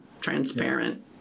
transparent